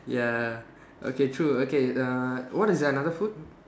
ya okay true okay uh what is another food